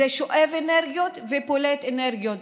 זה שואב אנרגיות ופולט אנרגיות,